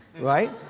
right